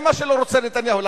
זה מה שלא רוצה נתניהו.